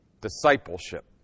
Discipleship